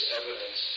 evidence